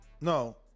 No